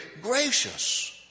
gracious